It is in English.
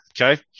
Okay